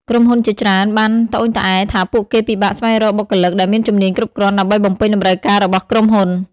ក្រុមហ៊ុនជាច្រើនបានត្អូញត្អែរថាពួកគេពិបាកស្វែងរកបុគ្គលិកដែលមានជំនាញគ្រប់គ្រាន់ដើម្បីបំពេញតម្រូវការរបស់ក្រុមហ៊ុន។